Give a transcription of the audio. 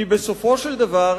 כי בסופו של דבר,